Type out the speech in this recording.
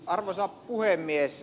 arvoisa puhemies